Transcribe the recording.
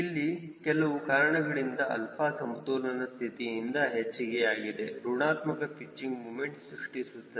ಇಲ್ಲಿ ಕೆಲವು ಕಾರಣಗಳಿಂದ 𝛼 ಸಮತೋಲನ ಸ್ಥಿತಿಯಿಂದ ಹೆಚ್ಚಿಗೆ ಯಾಗಿದೆ ಋಣಾತ್ಮಕ ಪಿಚ್ಚಿಂಗ್ ಮೂಮೆಂಟ್ ಸೃಷ್ಟಿಸುತ್ತದೆ